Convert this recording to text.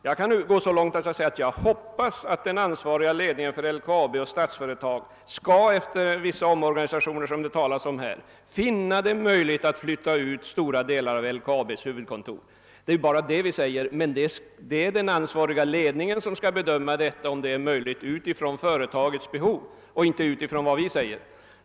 | Jag kan gå så långt som till att jag hoppas att den ansvariga ledningen för LKAB ' och Statsföretag AB efter vissa omorganisationer, som det talas om här, skall finna det möjligt att flytta ut stora delar av LKAB:s huvudkontor. Det är också bara detta utskottet säger. Den ansvariga ledningen måste bedöma frågan med hänsyn till företagets intressen och inte med hänsyn till de uttalanden vi här gör.